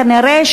כנראה,